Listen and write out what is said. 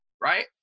right